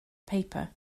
paper